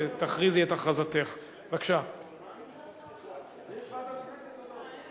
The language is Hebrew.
ההצעה תעבור להמשך דיון בוועדת